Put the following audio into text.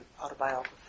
autobiography